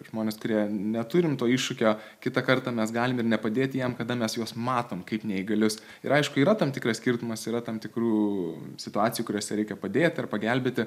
žmonės kurie neturim to iššūkio kitą kartą mes galim ir nepadėti jiem kada mes juos matom kaip neįgalius ir aišku yra tam tikras skirtumas yra tam tikrų situacijų kuriose reikia padėti ar pagelbėti